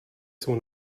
jsou